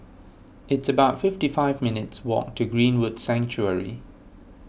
it's about fifty five minutes' walk to Greenwood Sanctuary